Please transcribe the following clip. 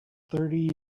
thirty